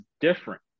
different